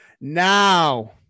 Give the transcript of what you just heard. Now